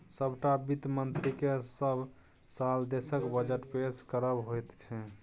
सभटा वित्त मन्त्रीकेँ सभ साल देशक बजट पेश करब होइत छै